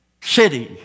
city